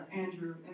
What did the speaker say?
Andrew